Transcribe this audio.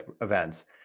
events